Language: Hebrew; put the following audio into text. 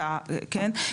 כן,